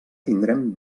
tindrem